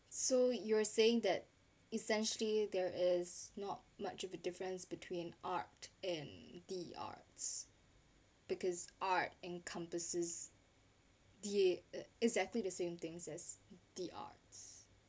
so you're saying that essentially there is not much of a difference between art and the arts because art encompasses the exactly the same things as the arts